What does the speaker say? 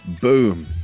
boom